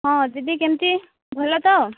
ହଁ ଦିଦି କେମିତି ଭଲତ